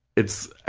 it's,